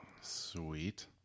Sweet